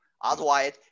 Otherwise